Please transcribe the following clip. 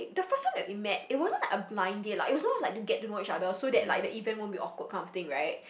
the first time that we met it wasn't like a blind date lah it was someone like to get to know each other so that like the event won't be awkward kind of thing right